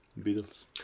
Beatles